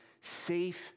safe